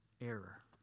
error